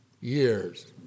years